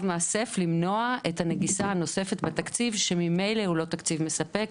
מאסף למנוע את הנגיסה הנוספת בתקציב שממילא הוא לא תקציב מספק